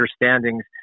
understandings